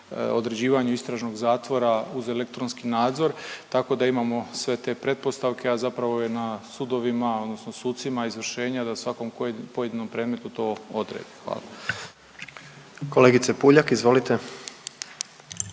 određivanju istražnog zatvora uz elektronski nadzor, tako da imamo sve te pretpostavke, a zapravo je na sudovima odnosno sucima izvršenje da u svakom pojedinom predmetu to odredi, hvala. **Jandroković,